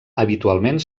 habitualment